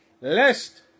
lest